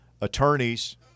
attorneys